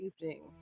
evening